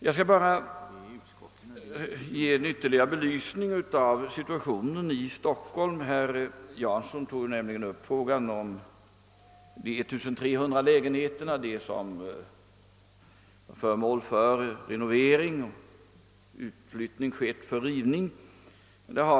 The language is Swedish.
Jag vill ge en ytterligare liten belysning av situationen i Stockholm, eftersom herr Jansson tog upp frågan om de 1300 lägenheter där utflyttning skett för renovering, rivning etc.